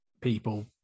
people